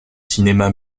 cinéma